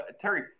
Terry